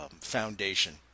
foundation